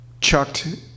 chucked